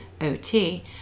OT